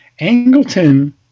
Angleton